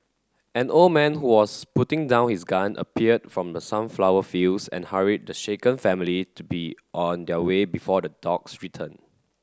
an old man who was putting down his gun appeared from the sunflower fields and hurried the shaken family to be on their way before the dogs return